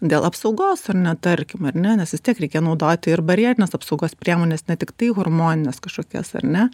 dėl apsaugos ar ne tarkim ar ne nes vis tiek reikia naudoti ir barjerines apsaugos priemones ne tiktai hormonines kažkokias ar ne